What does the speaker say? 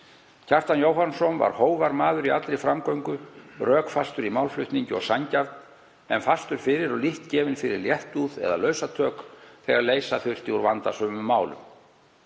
Kjartan Jóhannsson var hógvær maður í allri framgöngu, rökfastur í málflutningi og sanngjarn en fastur fyrir og lítt gefinn fyrir léttúð eða lausatök þegar leysa þurfti úr vandasömum málum.